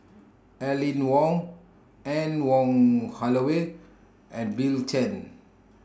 Aline Wong Anne Wong Holloway and Bill Chen